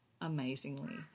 amazingly